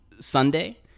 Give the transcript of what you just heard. sunday